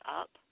up